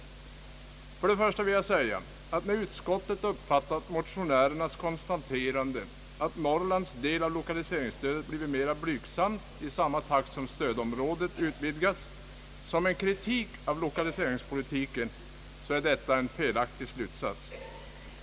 Till att börja med vill jag säga att när utskottet uppfattat motionärernas konstaterande att »Norrlands del av 1okaliseringsstödet blivit mera blygsam i samma takt som stödområdet utvidgats» som en kritik av lokaliseringspolitiken, så är detta en felaktig slutsats.